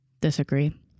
disagree